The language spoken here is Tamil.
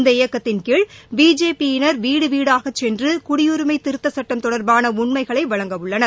இந்த இயக்கத்தின் கீழ் பிஜேபி யினர் வீடு வீடாகச் சென்று குடியுரிமை திருத்தச் சுட்டம் தொடர்பான உண்மைகளை வழங்கவுள்ளனர்